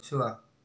ଛୁଆ